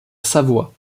savoie